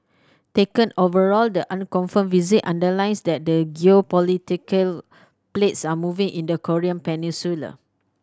taken overall the unconfirmed visit underlines that the geopolitical plates are moving in the Korean Peninsula